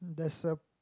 there's a